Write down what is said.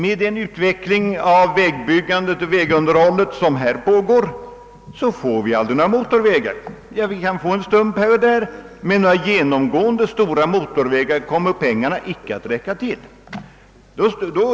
Med den utveckling av vägbyggandet och vägunderhållet som pågår får vi aldrig några riktiga motorvägar. Vi kan få en stump här och där, men några genomgående stora motorvägar kommer pengarna inte att räcka till för.